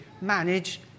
manage